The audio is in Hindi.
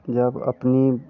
जब अपनी